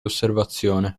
osservazione